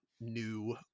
new